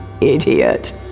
idiot